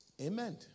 Amen